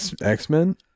X-Men